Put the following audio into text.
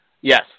Yes